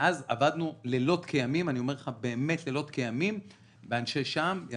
ואז עבדנו לילות כימים ואנשי --- ואני